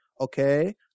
okay